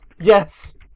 Yes